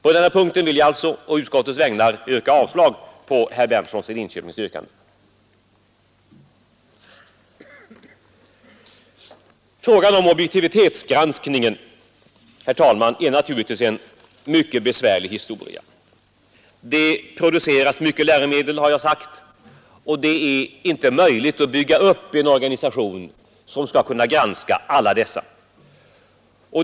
På denna punkt vill jag alltså å utskottets vägnar yrka avslag på herr Berndtsons i Linköping yrkande. Frågan om objektivitetsgranskningen är naturligtvis mycket besvärlig. Jag har sagt att det produceras mycket läromedel, och det är inte möjligt att bygga upp en organisation som skulle kunna granska alla dessa.